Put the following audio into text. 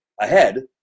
ahead